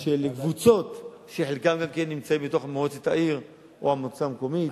של קבוצות שחלקן גם נמצאות במועצת העיר או המועצה המקומית,